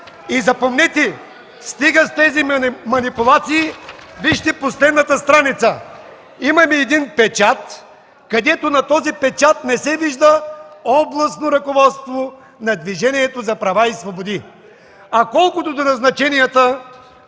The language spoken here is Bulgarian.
Запомнете, стига с тези манипулации! Вижте последната страница – имаме един печат, на който не се вижда „Областно ръководство на Движението за права и свободи”. Колкото до назначенията,